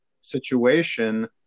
situation